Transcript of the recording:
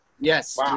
Yes